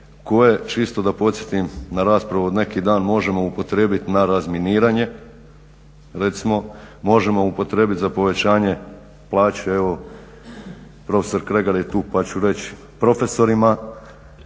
koje čisto da podsjetim na raspravu od neki dan možemo upotrijebiti na razminiranje, recimo možemo upotrijebiti za povećanje plaće evo profesor Kregar je tu pa ću reć profesorima